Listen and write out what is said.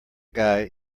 guy